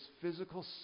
physical